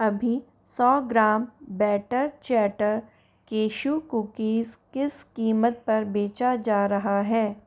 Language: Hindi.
अभी सौ ग्राम बैटर चैटर केशु कूकीज किस कीमत पर बेचा जा रहा है